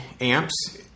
amps